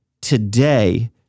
Today